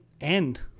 end